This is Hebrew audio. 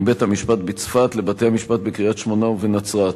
מבית-המשפט בצפת לבתי-המשפט בקריית-שמונה ובנצרת.